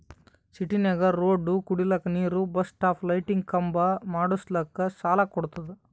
ಸಿಟಿನಾಗ್ ರೋಡ್ ಕುಡಿಲಕ್ ನೀರ್ ಬಸ್ ಸ್ಟಾಪ್ ಲೈಟಿಂದ ಖಂಬಾ ಮಾಡುಸ್ಲಕ್ ಸಾಲ ಕೊಡ್ತುದ